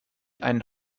einen